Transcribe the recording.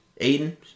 Aiden